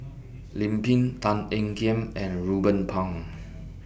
Lim Pin Tan Ean Kiam and Ruben Pang